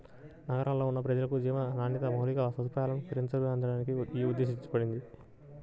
నగరాల్లో ఉన్న ప్రజలకు జీవన నాణ్యత, మౌలిక సదుపాయాలను మెరుగుపరచడానికి యీ ఉద్దేశించబడింది